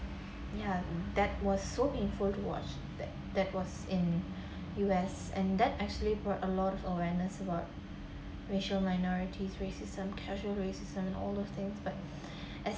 ya that was so painful to watch that that was in U_S and that actually bought a lot of awareness about racial minorities racism casual racism and all those things but as